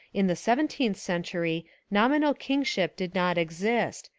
in the seventeenth century nominal kingship did not exist,